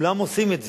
כולם עושים את זה.